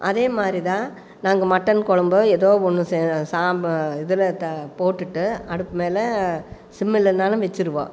அதே மாதிரிதான் நாங்கள் மட்டன் குழம்பு ஏதோ ஒன்று சாம்பார் இதில் போட்டுட்டு அடுப்பு மேலே சிம் இல்லைனாலும் வச்சிருவோம்